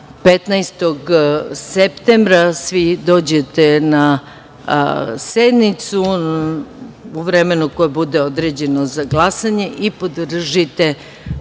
15. septembra svi dođete na sednicu u vremenu koje bude određeno za glasanje i podržite